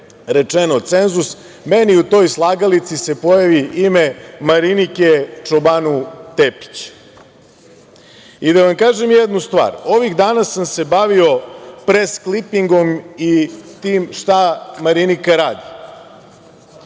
rečeno cenzus, meni u toj slagalici se pojavi ime Marinike Čobanu Tepić.I da vam kažem jednu stvar. Ovih dana sam se bavio presklipingom i tim šta Marinika radi.